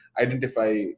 identify